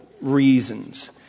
reasons